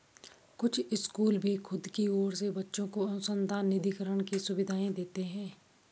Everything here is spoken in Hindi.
कुछ कॉलेज भी खुद की ओर से बच्चों को अनुसंधान निधिकरण की सुविधाएं देते हैं